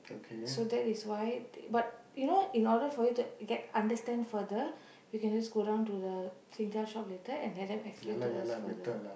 so that is why but you know in order for you to get understand further we can just go down to the Singtel shop later and let them explain to us further